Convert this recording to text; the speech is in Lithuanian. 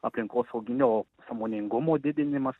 aplinkosauginio sąmoningumo didinimas